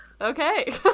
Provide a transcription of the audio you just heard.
Okay